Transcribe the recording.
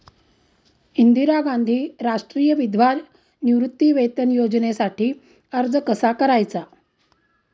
इंदिरा गांधी राष्ट्रीय विधवा निवृत्तीवेतन योजनेसाठी अर्ज कसा करायचा?